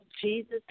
Jesus